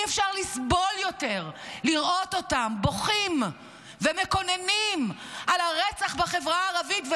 אי-אפשר לסבול יותר לראות אותם בוכים ומקוננים על הרצח בחברה הערבית,